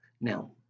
Now